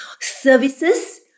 services